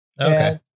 Okay